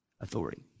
authority